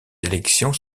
élections